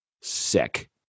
sick